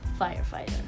firefighter